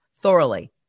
thoroughly